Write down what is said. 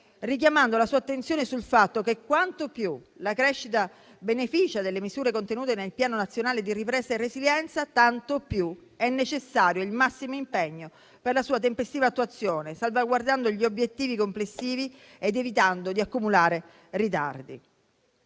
richiamando la sua attenzione sul fatto che quanto più la crescita beneficia delle misure contenute nel Piano nazionale di ripresa e resilienza, tanto più è necessario il massimo impegno per la sua tempestiva attuazione, salvaguardando gli obiettivi complessivi ed evitando di accumulare ritardi.